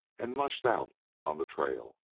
and mushed out on the trail.